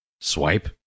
Swipe